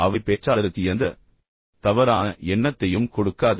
அவை பேச்சாளருக்கு எந்த தவறான எண்ணத்தையும் கொடுக்காது